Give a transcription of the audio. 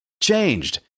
changed